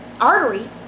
artery